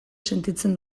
sentitzen